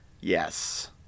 Yes